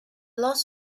loss